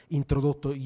introdotto